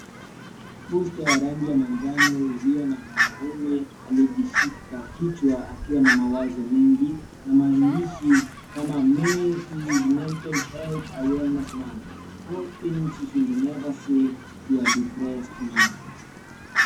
Posta ya rangi ya manjano iliyo na mwanaume amejishika kichwa akiwa na mawazo mengi na maandishi kama May Is mental health awareness month. Four things you should never say to a depressed man .